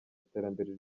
iterambere